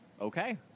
Okay